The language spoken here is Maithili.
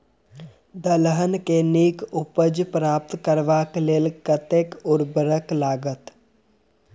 दलहन केँ नीक उपज प्राप्त करबाक लेल कतेक उर्वरक लागत?